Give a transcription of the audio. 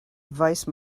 vice